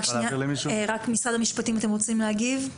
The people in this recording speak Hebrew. משרד המשפטים, אתם רוצים להגיב?